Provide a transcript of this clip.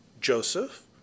Joseph